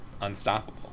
unstoppable